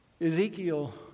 Ezekiel